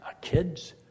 kids